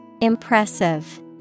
Impressive